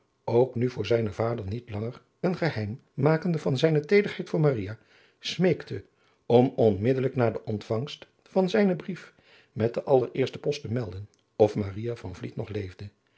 ook nu voor zijne vader niet langer een geheim makende van zijne teederheid voor maria smeekte om onmiddelijk na de ontvangst van zijnen brief met den allereersten post te melden of maria van vliet nog leefde